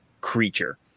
creature